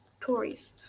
Tories